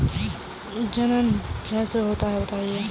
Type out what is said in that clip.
जनन कैसे होता है बताएँ?